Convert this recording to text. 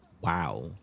Wow